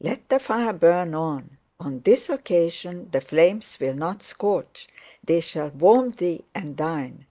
let the fire burn on on this occasion the flames will not scorch they shall warm thee and thine.